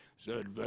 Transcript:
said,